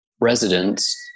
residents